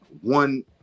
One